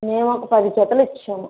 మేము ఒక పది జతలు ఇచ్చాము